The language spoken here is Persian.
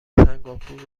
سنگاپور